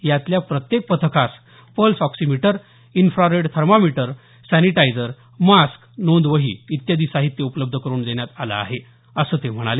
यातल्या प्रत्येक पथकास pulse oximeter infrared thermometer sanitiser mask नोंद वही इत्यादी साहित्य उपलब्ध करून देण्यात आलं आहे असं ते म्हणाले